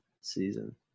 season